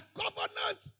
covenant